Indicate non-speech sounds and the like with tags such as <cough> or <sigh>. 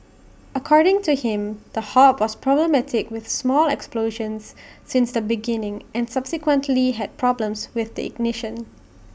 <noise> according to him the hob was problematic with small explosions since the beginning and subsequently had problems with the ignition